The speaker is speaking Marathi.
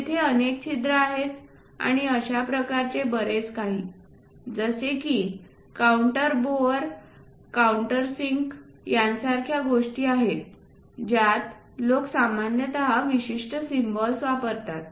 तेथे अनेक छिद्रे आहेत आणि अशा प्रकारचे बरेच काही जसे की काउंटर बोरस् काउंटरसिंक्स यासारख्या गोष्टी आहेत ज्यात लोक सामान्यत विशिष्ट सिम्बॉल्स वापरतात